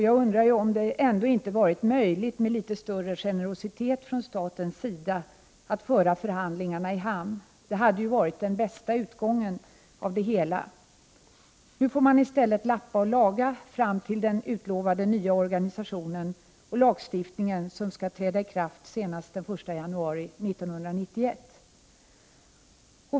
Jag undrar om det ändå inte hade varit möjligt, med litet större generositet från statens sida, att föra förhandlingarna i hamn. Det hade ju varit det bästa. Nu får man i stället lappa och laga fram till den utlovade nya organisationen och lagstiftningen, som skall träda i kraft senast den 1 januari 1991.